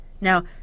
Now